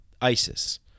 ISIS